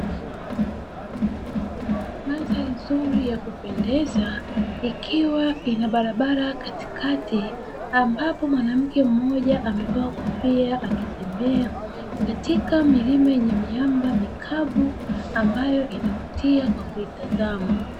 Mandhari nzuri ya kupendeza, ikiwa ina barabara katikati, ambapo mwanamke mmoja amevaa kofia akitembea katika milima yenye miamba mikavu, ambayo inavutia kwa kuitazama.